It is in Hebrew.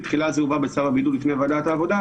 בתחילה זה הובא בצו הבידוד בפני ועדת העבודה,